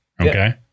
Okay